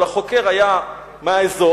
אבל החוקר היה מהאזור,